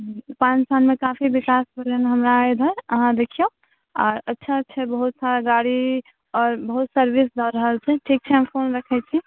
पाँच सालमे काफी विकास भेलै हँ हमरा इधर अहाँ देखिऔ आओर अच्छा अच्छा बहुत सारा गाड़ी आओर बहुत सर्विस दऽ रहल छै ठीक छै हम फोन रखै छी